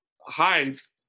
hives